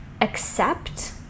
accept